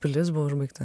pilis buvo užbaigta